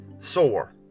sore